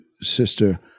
sister